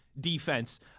defense